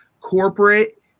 corporate